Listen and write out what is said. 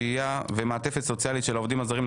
שהייה ומעטפת סוציאלית של העובדים הזרים.